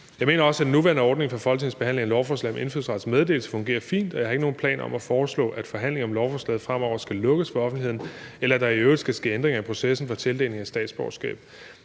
Jeg mener også, at den nuværende ordning for Folketingets behandling af dette lovforslag om indfødsrets meddelelse fungerer fint, og jeg har ikke nogen planer om at foreslå, at forhandlinger om lovforslaget fremover skal lukkes for offentligheden, eller at der i øvrigt skal ske ændringer i processen for tildeling af statsborgerskab.